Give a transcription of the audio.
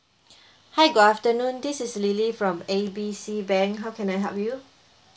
hi good afternoon this is lily from A B C bank how can I help you